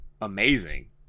amazing